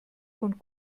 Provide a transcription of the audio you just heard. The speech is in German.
von